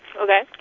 Okay